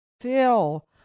Phil